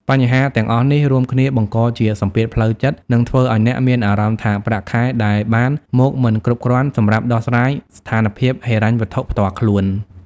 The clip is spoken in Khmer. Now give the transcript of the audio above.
បញ្ហាទាំងអស់នេះ រួមគ្នាបង្កជាសម្ពាធផ្លូវចិត្ត និងធ្វើឲ្យអ្នកមានអារម្មណ៍ថាប្រាក់ខែដែលបានមកមិនគ្រប់គ្រាន់សម្រាប់ដោះស្រាយស្ថានភាពហិរញ្ញវត្ថុផ្ទាល់ខ្លួន។